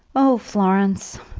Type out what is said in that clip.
oh, florence!